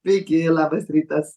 sveiki labas rytas